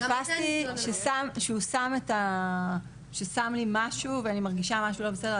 תפסתי שהוא שם לי משהו ואני מרגישה משהו לא בסדר,